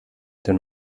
den